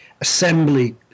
assembly